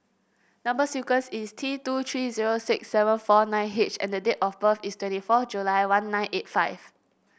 number sequence is T two three zero six seven four nine H and the date of birth is twenty four July one nine eight five